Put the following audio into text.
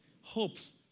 hopes